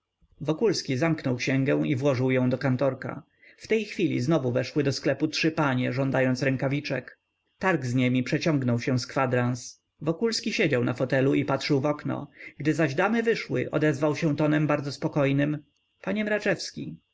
wokulski zamknął księgę i włożył ją do kantorka w tej chwili znowu weszły do sklepu trzy panie żądając rękawiczek targ z niemi przeciągnął się z kwadrans wokulski siedział na fotelu i patrzył w okno gdy zaś damy wyszły odezwał się tonem bardzo spokojnym panie mraczewski co